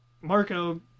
Marco